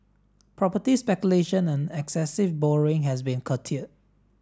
property speculation and excessive borrowing has been curtail